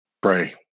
pray